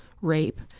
rape